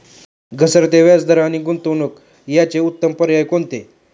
घसरते व्याजदर आणि गुंतवणूक याचे उत्तम पर्याय कोणते?